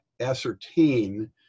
ascertain